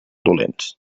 dolents